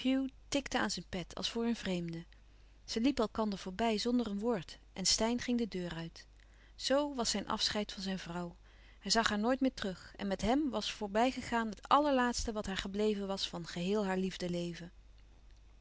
tikte aan zijn pet als voor een vreemde zij liepen elkander voorbij zonder een woord en steyn ging de deur uit zoo was zijn afscheid van zijn vrouw hij zag haar nooit meer terug en met hem was voorbij gegaan het allerlaatste wat haar gebleven was van geheel haar